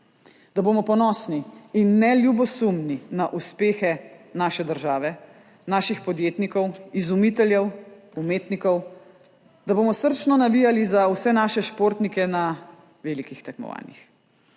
da bomo ponosni in ne ljubosumni na uspehe naše države, naših podjetnikov, izumiteljev, umetnikov, da bomo srčno navijali za vse naše športnike na velikih tekmovanjih.